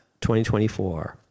2024